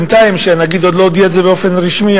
בינתיים עוד לא הודיעו את זה באופן רשמי,